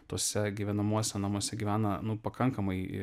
tose gyvenamuose namuose gyvena nu pakankamai